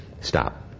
Stop